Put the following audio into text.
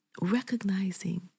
Recognizing